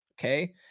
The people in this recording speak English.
okay